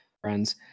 friends